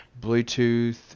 bluetooth